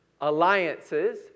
alliances